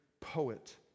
poet